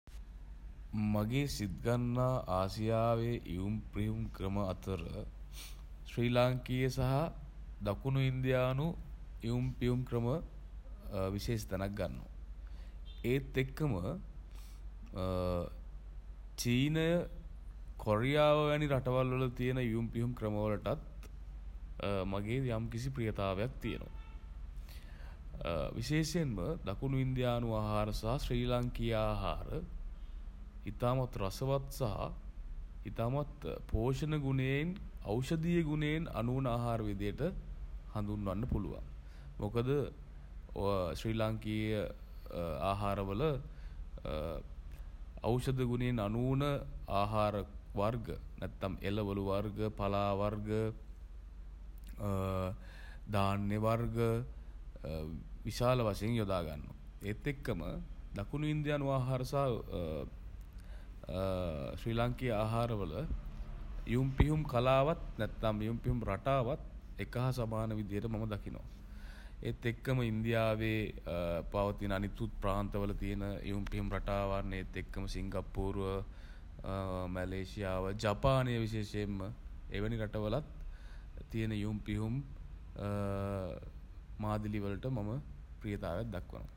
මගේ සිත් ගන්නා ආසියාවේ ඉවුම් පිහුම් ක්‍රම අතර ශ්‍රී ලාංකීය සහ දකුණු ඉන්දියානු ඉවුම් පිහුම් ක්‍රම විශේෂ තැනක් ගන්නවා. ඒත් එක්කම චීනය කොරියාව වැනි රටවල් වල තියෙන ඉවුම් පිහුම් ක්‍රම වලටත් මගේ යම්කිසි ප්‍රියතාවයක් තියෙනවා. විශේෂයෙන්ම දකුණු ඉන්දියානු ආහාර සහ ශ්රී ලාංකීය ආහාර ඉතාමත් රසවත් සහ ඉතාමත් ගුණයෙන් ඖෂධීය ගුණයෙන් අනූන ආහාර විදිහට හඳුන්වන්න පුළුවන්. මොකද ශ්‍රී ලාංකීය ආහාරවල ඖෂධ ගුණයෙන් අනූන ආහාර වර්ග නැත්නම් එළවලු වර්ග පලා වර්ග ධාන්‍ය වර්ග විශාල වශයෙන් යොදා ගන්නවා. ඒත් එක්කම දකුණු ඉන්දියානු ආහාර සහ ශ්‍රී ලාංකීය ආහාර වල ඉවුම් පිහුම් කලාවත් නැත්තම් ඉවුම් පිහුම් රටාවත් එක හා සමාන විදියට මම දකිනවා. ඒත් එක්කම ඉන්දියාවේ පවතින අනෙකුත් ප්‍රාන්තවල තියෙන ඉවුම් පිහුම් රටාවන් ඒත් එක්කම සිංගප්පූරුව මැලේෂියාව ජපානය විශේෂෙන්ම එවැනි රටවලත් තියෙන ඉවුම් පිහුම් මාදිලි වලට මම ප්‍රියතාවයක් දක්වනවා.